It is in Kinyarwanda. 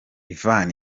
ivan